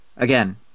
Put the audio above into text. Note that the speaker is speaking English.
Again